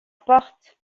porte